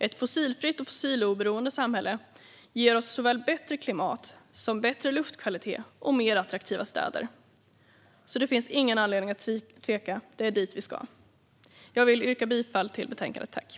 Ett fossilfritt och fossiloberoende samhälle ger oss bättre klimat och luftkvalitet men också mer attraktiva städer. Det finns ingen anledning att tveka: Det är dit vi ska. Jag yrkar bifall till utskottets förslag.